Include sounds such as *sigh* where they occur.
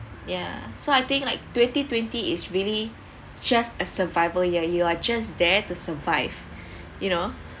yeah so I think like twenty twenty is really just a survival ya you are just there to survive *breath* you know